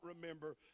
remember